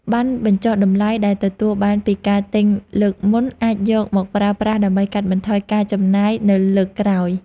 ប័ណ្ណបញ្ចុះតម្លៃដែលទទួលបានពីការទិញលើកមុនអាចយកមកប្រើប្រាស់ដើម្បីកាត់បន្ថយការចំណាយនៅលើកក្រោយ។